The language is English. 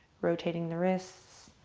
rotating the wrists.